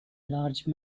large